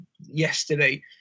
yesterday